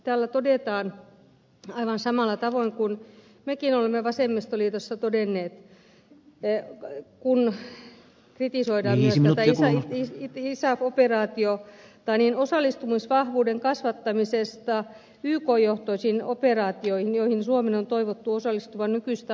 täällä todetaan aivan samalla tavoin kuin mekin olemme vasemmistoliitossa todenneet kun kritisoidaan myös isaf operaatiota osallistumisvahvuuden kasvattamisesta yk johtoisiin operaatioihin joihin suomen on toivottu osallistuvan nykyistä aktiivisemmin